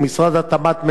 ומשרד התמ"ת,